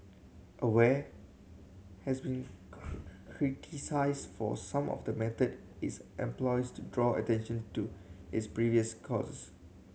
aware has been criticised for some of the method its employs to draw attention to its previous causes